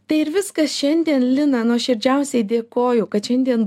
tai ir viskas šiandien lina nuoširdžiausiai dėkoju kad šiandien